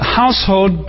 household